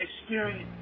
experience